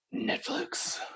Netflix